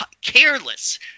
careless